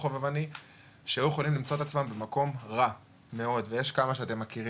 חובבני שהיו יכולים למצוא את עצמם במקום רע מאוד ויש כמה שאתם מכירים,